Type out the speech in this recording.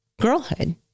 girlhood